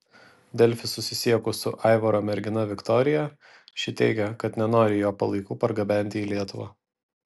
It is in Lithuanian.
delfi susisiekus su aivaro mergina viktorija ši teigė kad nenori jo palaikų pergabenti į lietuvą